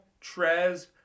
Trez